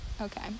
Okay